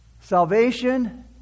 Salvation